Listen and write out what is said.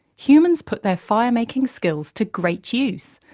humans put their fire-making skills to great use,